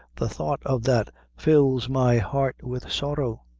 the thought of that fills my heart with sorrow.